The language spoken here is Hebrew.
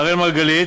אראל מרגלית,